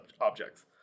objects